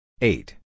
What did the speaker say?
eight